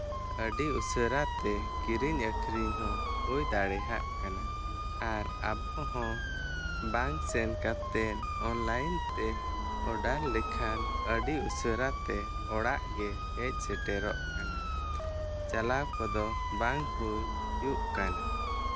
ᱟᱹᱰᱤ ᱩᱥᱟᱹᱨᱟ ᱛᱮ ᱠᱤᱨᱤᱧ ᱟᱹᱠᱷᱨᱤᱧ ᱦᱚᱸ ᱦᱩᱭ ᱫᱟᱲᱮᱭᱟᱜ ᱠᱟᱱᱟ ᱟᱨ ᱟᱵᱚ ᱦᱚᱸ ᱵᱟᱝ ᱥᱮᱱ ᱠᱟᱛᱮ ᱚᱱᱞᱟᱭᱤᱱ ᱛᱮ ᱚᱰᱟᱨ ᱞᱮᱠᱷᱟᱱ ᱟᱹᱰᱤ ᱩᱥᱟᱹᱨᱟ ᱛᱮ ᱚᱲᱟᱜ ᱜᱮ ᱦᱮᱡ ᱥᱮᱴᱮᱨᱚᱜ ᱠᱟᱱᱟ ᱪᱟᱞᱟᱣ ᱠᱚᱫᱚ ᱵᱟᱝ ᱦᱩᱭᱩᱜ ᱠᱟᱱᱟ